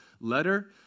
letter